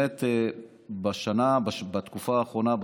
בתקופה האחרונה,